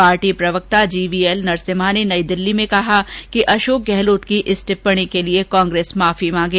party प्रवक्ता G V L Narasimha ने नई दिल्ली में कहा कि अशोक गहलोत की इस टिप्पणी के लिए कांग्रेस माफी मांगे